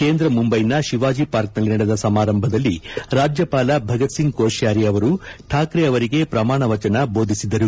ಕೇಂದ್ರ ಮುಂಬೈನ ಶಿವಾಜಿ ಪಾರ್ಕ್ನಲ್ಲಿ ನಡೆದ ಸಮಾರಂಭದಲ್ಲಿ ರಾಜ್ಯಪಾಲ ಭಗತ್ ಸಿಂಗ್ ಕೊಶ್ನಾರಿ ಅವರು ಠಾಕ್ರೆ ಅವರಿಗೆ ಪ್ರಮಾಣವಚನ ದೋಧಿಸಿದರು